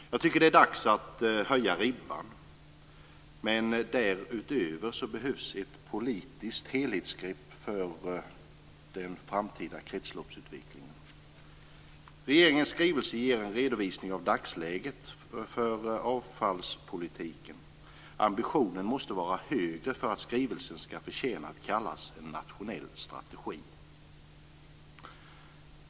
Jag tycker att det är dags att höja ribban. Men därutöver behövs ett politiskt helhetsgrepp för den framtida kretsloppsutvecklingen. Regeringens skrivelse ger en redovisning av dagsläget för avfallspolitiken. Ambitionen måste vara högre för att skrivelsen skall förtjäna att kallas en nationell strategi.